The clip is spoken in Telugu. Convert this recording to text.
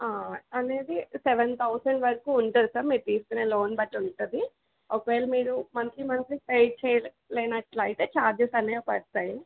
అనేది సెవెన్ తౌజండ్ వరకు ఉంటుంది సార్ మీరు తీసుకునే లోన్ బట్టి ఉంటుంది ఒకవేళ మీకు మంత్లీ మంత్లీ పే చేయలేలేనట్లైతే చార్జెస్ అనేవి పడతాయి